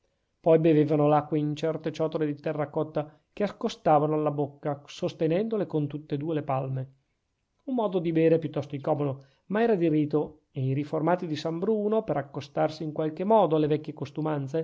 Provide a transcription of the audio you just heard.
poi bevevano l'acqua in certe ciotole di terra cotta che accostavano alla bocca sostenendole con tutt'e due le palme un modo di bere piuttosto incomodo ma era di rito e i riformati di san bruno per accostarsi in qualche modo alle vecchie costumanze